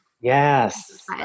Yes